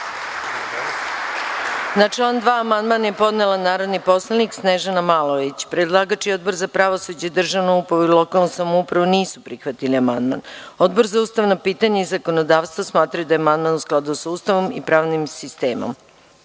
Na član 2. amandman je podnela narodni poslanik Snežana Malović. Predlagač i Odbor za pravosuđe, državnu upravu i lokalnu samoupravu nisu prihvatili amandman. Odbor za ustavna pitanja i zakonodavstvo smatra da je amandman u skladu sa Ustavom i pravnim sistemom. Da